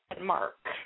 mark